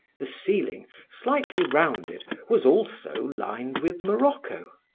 the ceiling, slightly rounded, was also lined with morocco.